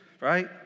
right